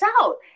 out